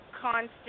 constant